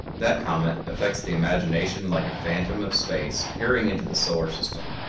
that comet affects the imagination like a phantom of space peering into the solar system,